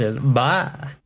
Bye